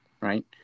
right